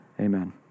amen